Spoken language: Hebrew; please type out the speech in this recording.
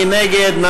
מי נגד?